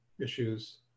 issues